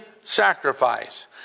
sacrifice